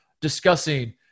discussing